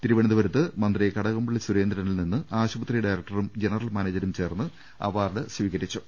തിരുവനന്തപുരത്ത് മന്ത്രി കടകംപളളി സുരേ ന്ദ്രനിൽ നിന്ന് ആശുപത്രി ഡയറക്ടറും ജനറൽമാനേജരും ചേർന്ന് അവാർഡ് സ്വീകരിച്ചു